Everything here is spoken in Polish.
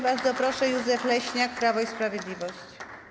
Bardzo proszę, poseł Józef Leśniak, Prawo i Sprawiedliwość.